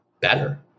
better